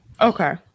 okay